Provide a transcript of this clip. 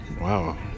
wow